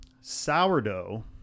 sourdough